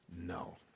no